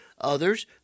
others